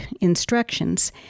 instructions